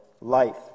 life